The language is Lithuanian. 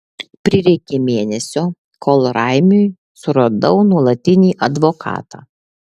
prireikė mėnesio kol raimiui suradau nuolatinį advokatą